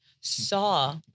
saw